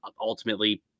ultimately